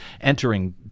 entering